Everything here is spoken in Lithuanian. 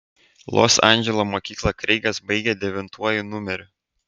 los andželo mokyklą kreigas baigė devintuoju numeriu